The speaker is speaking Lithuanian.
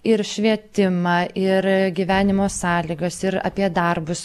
ir švietimą ir gyvenimo sąlygas ir apie darbus